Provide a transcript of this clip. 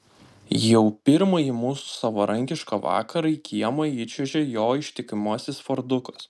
jau pirmąjį mūsų savarankišką vakarą į kiemą įčiuožia jo ištikimasis fordukas